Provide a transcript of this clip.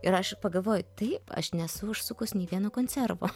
ir aš pagalvoju taip aš nesu užsukus nei vieno konservo